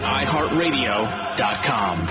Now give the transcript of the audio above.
iHeartRadio.com